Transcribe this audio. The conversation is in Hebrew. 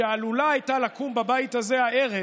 שעלולה הייתה לקום בבית הזה הערב